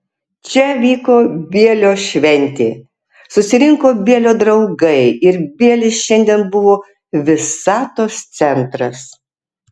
čia vyko bielio šventė susirinko bielio draugai ir bielis šiandien buvo visatos centras